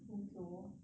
湖州